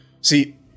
see